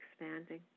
expanding